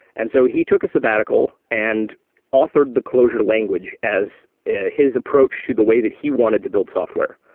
and so he took a sabbatical and authored the clojure language as his approach to the way that he wanted to build software.